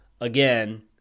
again